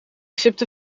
sipte